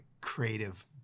creative